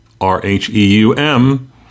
R-H-E-U-M